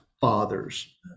fathers